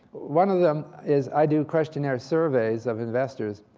one of them is i do questionnaire surveys of investors.